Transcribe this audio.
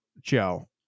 Joe